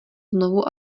znovu